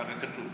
ככה כתוב.